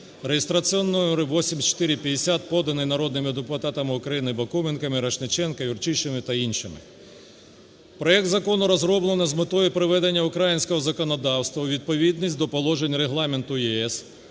(реєстраційний номер 8450), поданий народними депутатами України Бакуменком, Мірошніченком, Юрчишиним та іншими. Проект закону розроблено з метою приведення українського законодавства у відповідність до положень Регламенту ЄС